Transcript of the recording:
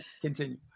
Continue